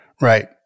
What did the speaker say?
Right